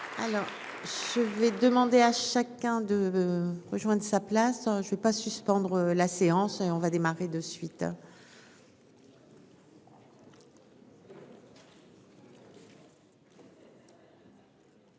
Je vais demander à chacun de rejoindre sa place, je ne vais pas suspendre la séance on va démarrer de suite. Alors